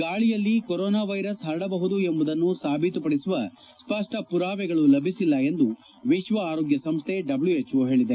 ಗಾಳಿಯಲ್ಲಿ corona virus ಹರಡಬಹುದು ಎಂಬುದನ್ನು ಸಾಬೀತುಪಡಿಸುವ ಸ್ವಷ್ಷ ಪುರಾವೆಗಳು ಲಭಿಸಿಲ್ಲ ಎಂದು ವಿಶ್ವ ಆರೋಗ್ಯ ಸಂಸ್ಥೆ ಡಬ್ಲ್ಯೂಎಚ್ಒ ಹೇಳಿದೆ